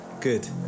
Good